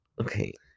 Okay